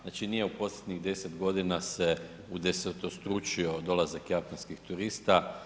Znači nije u posljednjih 10 godina se udesetostručio dolazak Japanskih turista.